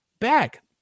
back